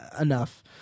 enough